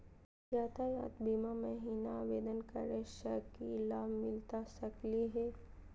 यातायात बीमा महिना आवेदन करै स की लाभ मिलता सकली हे?